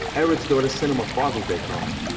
eric's daughter sent him a father's day card.